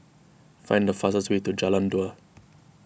find the fastest way to Jalan Dua